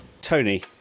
Tony